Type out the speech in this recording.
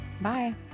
Bye